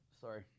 Sorry